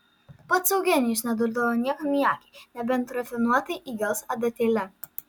pats eugenijus nedurdavo niekam į akį nebent rafinuotai įgels adatėle